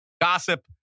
Gossip